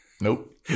Nope